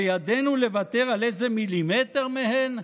הבידינו לוותר על איזה מילימטר מהן?